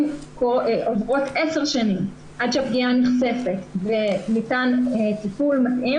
אם עוברות עשר שנים עד שהפגיעה נחשפת וניתן טיפול ---,